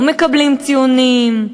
לא מקבלים ציונים,